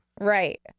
Right